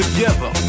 Together